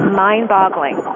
mind-boggling